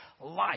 life